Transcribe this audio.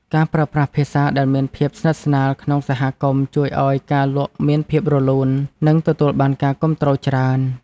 ការប្រើប្រាស់ភាសាដែលមានភាពស្និទ្ធស្នាលក្នុងសហគមន៍ជួយឱ្យការលក់មានភាពរលូន និងទទួលបានការគាំទ្រច្រើន។